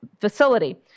facility